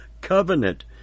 covenant